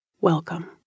Welcome